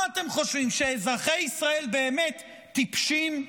מה אתם חושבים, שאזרחי ישראל באמת טיפשים?